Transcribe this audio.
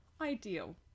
ideal